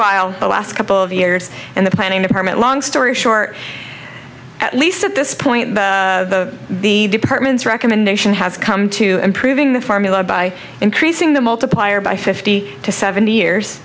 while the last couple of years in the planning department long story short at least at this point the department's recommendation has come to improving the formula by increasing the multiplier by fifty to seventy years